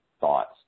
thoughts